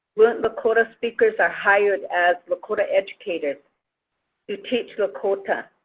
fluent lakota speakers are hired as lakota educators to teach lakota.